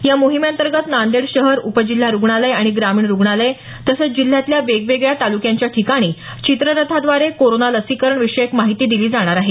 या मोहिमअंतर्गत नांदेड शहर उपजिल्हा रुग्णालय आणि ग्रामीण रुग्णालय तसंच जिल्ह्यातल्या वेगवेगळया तालुक्यांच्या ठिकाणी चित्ररथाद्वारे कोरोना लसीकरण विषयक माहिती दिली जाणार आहे